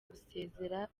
gusezerera